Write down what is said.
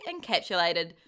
encapsulated